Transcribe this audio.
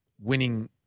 winning